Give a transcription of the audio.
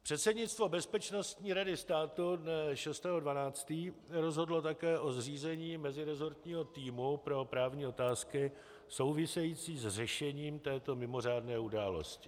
Předsednictvo Bezpečnostní rady státu dne 6. 12. rozhodlo také o zřízení meziresortního týmu pro právní otázky související s řešením této mimořádné události.